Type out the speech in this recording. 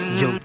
yo